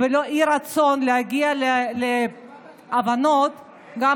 ואי-רצון להגיע להבנות, באיזו השגחה?